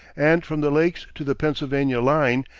and from the lakes to the pennsylvania line,